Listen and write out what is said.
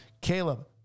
Caleb